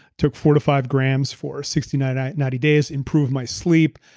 took four to five grams for sixty nine ninety days, improved my sleep,